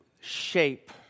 shape